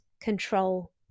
control